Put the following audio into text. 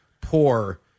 poor